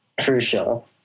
crucial